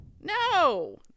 No